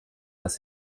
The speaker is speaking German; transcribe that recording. dass